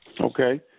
Okay